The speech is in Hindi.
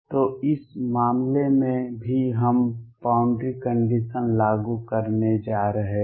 तो इस मामले में भी हम बॉउंड्री कंडीशन लागू करने जा रहे हैं